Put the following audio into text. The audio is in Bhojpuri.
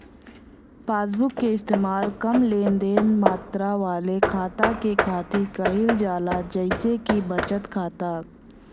पासबुक क इस्तेमाल कम लेनदेन मात्रा वाले खाता के खातिर किहल जाला जइसे कि बचत खाता